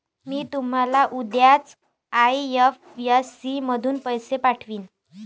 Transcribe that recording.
मी तुम्हाला उद्याच आई.एफ.एस.सी मधून पैसे पाठवीन